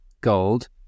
gold